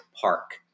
Park